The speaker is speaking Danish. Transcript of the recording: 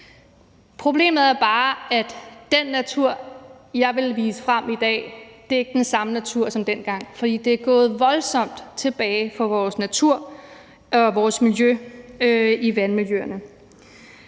Problemet er bare, at den natur, jeg vil vise frem i dag, ikke er den samme natur som dengang, for det er gået voldsomt tilbage for vores natur og vores vandmiljø.